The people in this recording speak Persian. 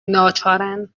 ناچارا